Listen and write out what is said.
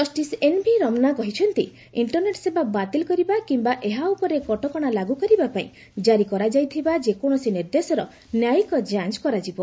ଜଷିସ୍ ଏନ୍ଭି ରମନା କହିଛନ୍ତି ଇଷ୍ଟର୍ନେଟ୍ ସେବା ବାତିଲ୍ କରିବା କିମ୍ବା ଏହା ଉପରେ କଟକଣା ଲାଗୁ କରିବାପାଇଁ ଜାରି କରାଯାଇଥିବା ଯେକୌଣସି ନିର୍ଦ୍ଦେଶର ନ୍ୟାୟିକ ଯାଞ୍ଚ କରାଯିବ